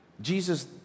Jesus